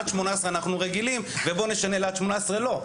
עד 18 אנחנו רגילים ובוא נשנה לעד 18. לא.